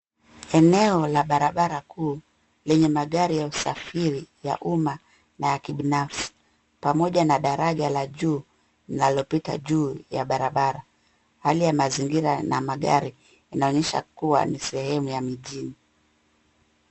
Eneo la barabara kuu, lenye magari ya usafiri ya umma na kibinafsi ,pamoja na daraja la juu linalopita juu ya barabara . Hali ya mazingira na magari inaonyesha kuwa ni sehemu ya mijini.